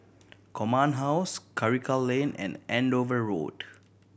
Command House Karikal Lane and Andover Road